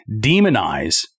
demonize